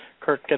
Kirk